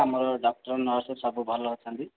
ଆମର doctor nurse ସବୁ ଭଲ ଅଛନ୍ତି